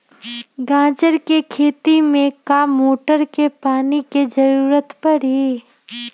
गाजर के खेती में का मोटर के पानी के ज़रूरत परी?